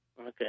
Okay